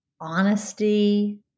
honesty